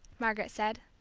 margaret said.